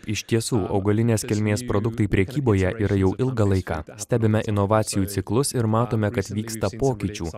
iš tiesų augalinės kilmės produktai prekyboje yra jau ilgą laiką stebime inovacijų ciklus ir matome kas vyksta pokyčių